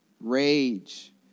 rage